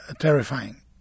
terrifying